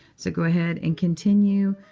so go ahead and continue,